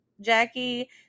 Jackie